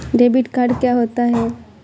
Debit card क्या होता है?